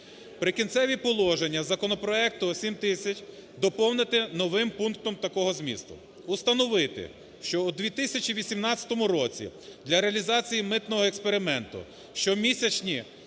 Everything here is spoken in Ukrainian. "Прикінцеві положення законопроекту 7000 доповнити новим пунктом такого змісту: "Установити, що у 2018 році для реалізації митного експерименту щомісячні